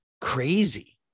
crazy